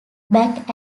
back